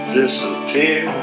disappear